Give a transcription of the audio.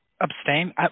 Abstain